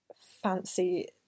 fancy